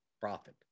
profit